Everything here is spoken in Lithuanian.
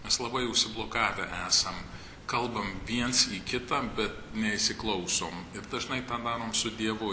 mes labai užsiblokavę esam kalbam viens į kitą bet neįsiklausom ir dažnai tą darom su dievu